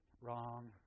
Wrong